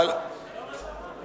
זה לא מה שאמרתי.